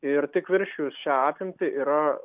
ir tik viršijus šią apimtį yra